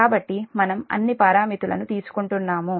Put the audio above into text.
కాబట్టి మనం అన్ని పారామితులను తీసుకుంటున్నాము